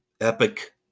epic